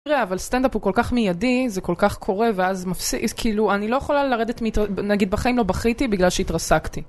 אבל סטנדאפ הוא כל כך מידי, זה כל כך קורה, ואז מפסיק, כאילו, אני לא יכולה לרדת, נגיד בחיים לא בכיתי, בגלל שהתרסקתי.